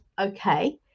okay